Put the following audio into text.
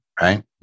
right